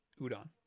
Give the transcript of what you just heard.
Udon